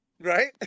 Right